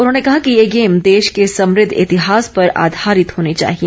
उन्होंने कहा कि ये गेम देश के समृद्ध इतिहास पर आधारित होने चाहिए